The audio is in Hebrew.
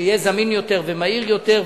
שיהיה זמין יותר ומהיר יותר,